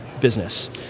business